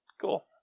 Cool